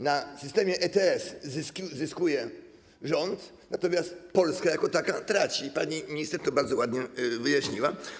Na systemie ETS zyskuje rząd, natomiast Polska jako taka traci i pani minister to bardzo ładnie wyjaśniła.